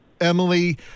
Emily